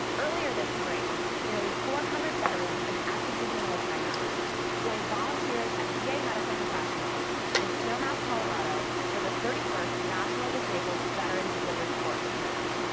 earlier this spring nearly four hundred veterans and active-duty military members joined volunteers and va medical professionals in and snowmass colorado for the thirty first national disabled veterans winter sports clinic.